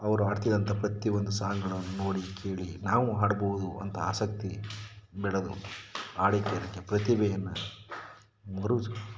ಅವರು ಆಡ್ತಿದ್ದಂಥ ಪ್ರತಿಯೊಂದು ಸಾಂಗ್ಗಳನ್ನು ನೋಡಿ ಕೇಳಿ ನಾವು ಹಾಡ್ಬೋದು ಅಂತ ಆಸಕ್ತಿ ಬೆಳೆದು ಹಾಡಿ ಪ್ರತಿಭೆ ಪ್ರತಿಭೆಯನ್ನು ಮರು